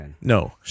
No